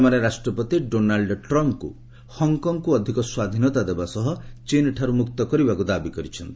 ସେମାନେ ରାଷ୍ଟ୍ରପତି ଡୋନାଲ୍ ଟ୍ରମ୍ଫ୍ଙ୍କୁ ହଂକଂକୁ ଅଧିକ ସ୍ୱାଧୀନତା ଦେବା ସହ ଚୀନ୍ଠାରୁ ମୁକ୍ତ କରିବାକୁ ଦାବି କରିଛନ୍ତି